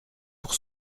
pour